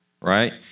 right